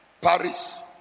Paris